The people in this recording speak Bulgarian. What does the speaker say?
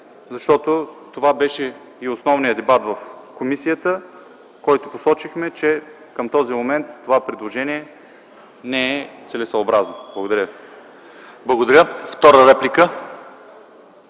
защото това беше и основният дебат в комисията, с който посочихме, че към този момент това предложение не е целесъобразно. Благодаря. ПРЕДСЕДАТЕЛ ЛЪЧЕЗАР